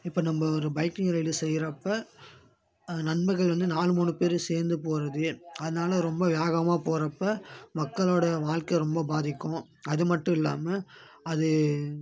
இப்போ நம்ம ஒரு பைக்கிங் ரைடு செய்கிறப்ப நண்பர்கள் வந்து நாலு மூணு பேர் சேர்ந்து போகிறது அதனால் ரொம்ப வேகமாக போகிறப்ப மக்களோடய வாழ்க்க ரொம்ப பாதிக்கும் அது மட்டுமில்லாமல் அது